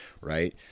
right